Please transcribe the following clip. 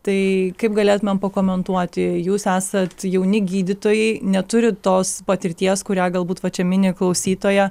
tai kaip galėtumėm pakomentuoti jūs esat jauni gydytojai neturit tos patirties kurią galbūt va čia mini klausytoja